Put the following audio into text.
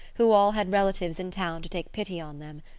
who all had relatives in town to take pity on them.